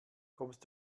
kommst